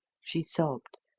she sobbed.